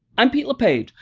i'm pete lepage.